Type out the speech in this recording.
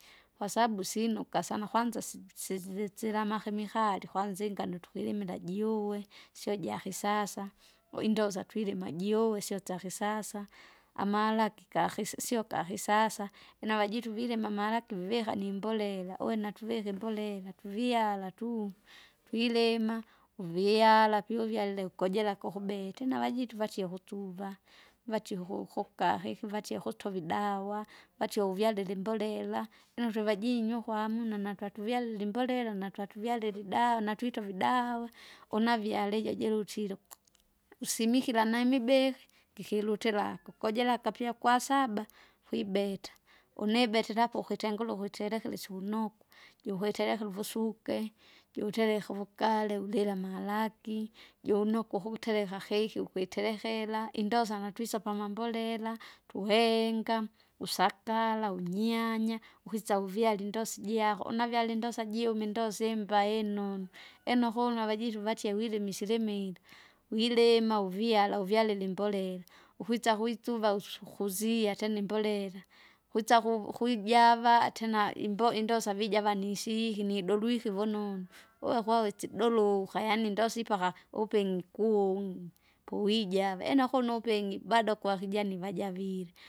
Kwasabu sinoka sana kwanza si- sizizi- silamakemikali kwanza ingano tukwilimila juwe, sio jakisasa, uindoza twilima juve sio syakisasa, amalaki kakisisio kakisasa. Lino avajitu vilima amalaki viha nimbolela uwe natuvike imbolela tuvyala tuu!, twilima, uvyala pyu uvyalile kojelaka ukubeta ineavajitu vatie ukutsuva, vatie uku- ukuhi ikivatie ukutovi idawa vatie uvyalile imbolela lino twevajinyo uku hamnua natwatuvyalile natuvyalile idawa natwite uvidawa, une avyale ijo jilutile uku- usimikila naimibehi, ndikilutira, kukojera kapya kwasaba, kwibeta, une ibetera kukitengure ukwitere isikunuku, jukwiterekera uvusuke, jutereka uvugari ulila amalaki, joune ukuhutereka heki ukwiterekera indosa natwisa pamambolela tuhenga usakala unyianya, ukisa uvyale indosi ijako une avyale indos jume indosa imba inonu. Lino kuno avajitu vatie wilime isilimila, wirima uvyala uvyalile imbolela, ukwitsa kuitsuva usukuzie atena imbolela. Kwisa ku- kuijava tena imbo- indosa vija vasihi nidolwike vunonu, uo kwawesi idoluka yaani ndosi ipaka, upingi kuun'gi, powijava ina kuno upingi bado kwakijani vajavile.